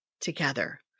together